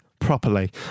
properly